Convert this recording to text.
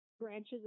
branches